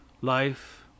life